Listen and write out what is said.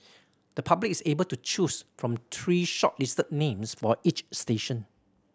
the public is able to choose from three shortlisted names for each station